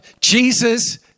Jesus